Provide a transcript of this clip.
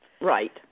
Right